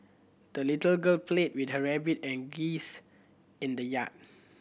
the little girl played with her rabbit and geese in the yard